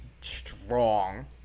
strong